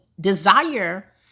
desire